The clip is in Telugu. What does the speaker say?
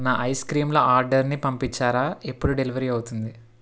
నా ఐస్ క్రీం ల ఆర్డర్ ని పంపించారా ఎప్పుడు డెలివరి అవుతుంది